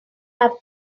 have